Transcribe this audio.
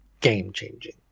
game-changing